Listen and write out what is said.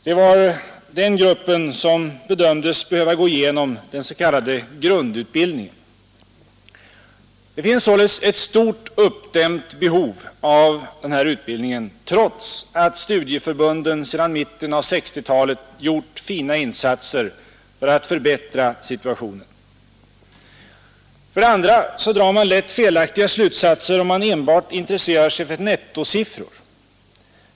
Det var den gruppen som bedömdes behöva gå igenom den s.k. grundutbildningen. Det finns således ett stort uppdämt behov av den här utbildningen trots att studieförbunden sedan mitten av 1960-talet gjort fina insatser för att förbättra situationen. För det andra drar man lätt felaktiga slutsatser, om man enbart intresserar sig för nettosiffror.